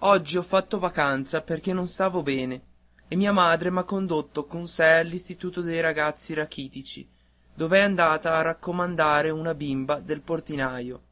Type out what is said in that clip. oggi ho fatto vacanza perché non stavo bene e mia madre m'ha condotto con sé all'istituto dei ragazzi rachitici dov'è andata a raccomandare una bimba del portinaio